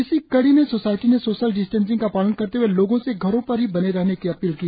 इसी कड़ी में सोसायटी ने सोशल डिस्टेंसिंग का पालन करते हए लोगों से घरों पर ही बने रहने की अपील की